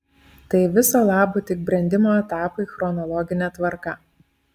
tai viso labo tik brendimo etapai chronologine tvarka